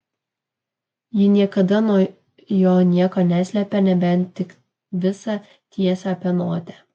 ji niekada nuo jo nieko neslėpė nebent tik visą tiesą apie notę